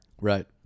Right